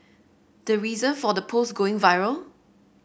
the reason for the post going viral